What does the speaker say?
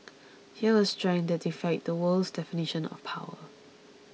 here was strength that defied the world's definition of power